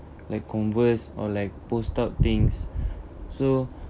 like converse or like post up things so